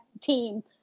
team